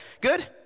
Good